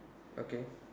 okay